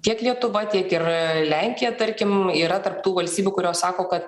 tiek lietuva tiek ir lenkija tarkim yra tarp tų valstybių kurios sako kad